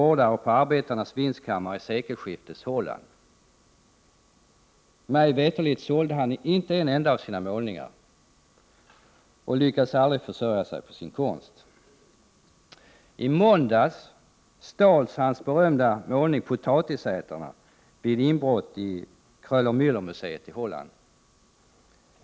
1988/89:46 vindskammare i sekelskiftets Holland. Mig veterligt sålde han inte en endaav 15 december 1988 sina målningar och lyckades aldrig försörja sig på sin konst. Vid inbrott i måndags i Kroeller-Mäller-museet i Holland stals bl.a. hans berömda målning Potatisätarna.